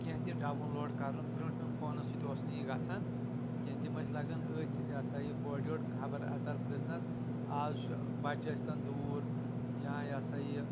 کینٛہہ تہِ download کرُن برٛونٛٹھ میٚو فونو سۭتۍ اوس نہٕ یہِ گژھان کینٛہہ تِم ٲسۍ لگان أتھۍ یہِ سا یہِ ہوٚر یور خبر اتر پریژھنس آز چھُ بچہِ ٲسۍ تن دوٗر یا یہِ ہسا یہِ